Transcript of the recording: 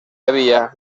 había